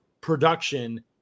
production